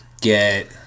Get